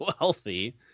wealthy